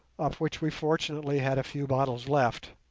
of which we fortunately had a few bottles left,